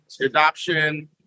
adoption